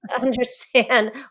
understand